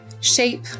shape